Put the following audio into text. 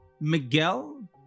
Miguel